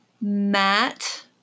Matt